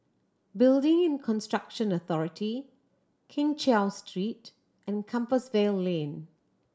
Building in Construction Authority Keng Cheow Street and Compassvale Lane